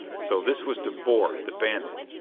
so this was de boer, the bandit!